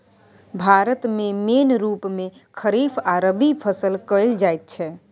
भारत मे मेन रुप मे खरीफ आ रबीक फसल कएल जाइत छै